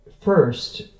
first